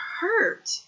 hurt